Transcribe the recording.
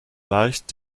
leicht